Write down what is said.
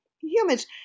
humans